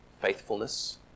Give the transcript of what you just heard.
faithfulness